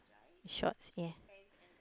shorts ya